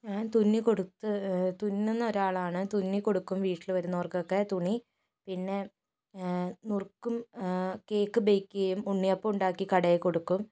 ഞാൻ തുന്നികൊടുത്ത് തുന്നുന്ന ഒരാളാണ് തുന്നി കൊടുക്കും വീട്ടിൽ വരുന്നവർക്കൊക്കെ തുണി പിന്നെ മുറുക്കും കേക്ക് ബേക്ക് ചെയ്യും ഉണ്ണിയപ്പം ഉണ്ടാക്കി കടയിൽ കൊടുക്കും